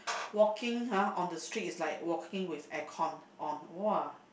walking ha on the street is like walking with air conditioning on !wah!